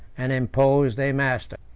and imposed a master.